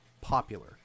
popular